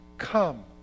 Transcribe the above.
Come